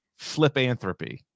Flipanthropy